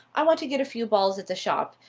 i want to get a few balls at the shop.